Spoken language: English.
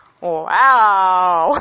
Wow